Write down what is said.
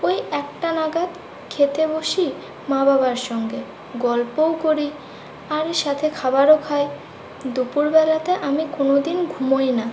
ঐ একটা নাগাদ খেতে বসি মা বাবার সঙ্গে গল্পও করি আর সাথে খাবারও খাই দুপুরবেলাতে আমি কোনোদিন ঘুমোই না